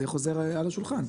זה חוזר על השולחן.